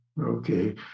Okay